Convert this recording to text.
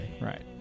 Right